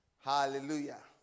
Hallelujah